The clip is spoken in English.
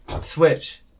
Switch